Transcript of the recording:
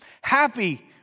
Happy